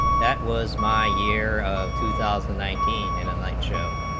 that was my year of two thousand and nineteen in a nutshell